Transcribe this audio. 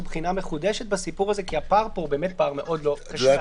בחינה מחודשת בסיפור הזה כי הפער פה הוא פער מאוד קשה.